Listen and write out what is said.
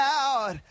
out